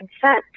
consent